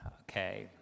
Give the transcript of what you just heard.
Okay